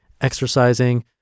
exercising